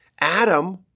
Adam